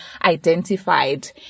identified